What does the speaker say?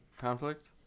conflict